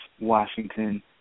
Washington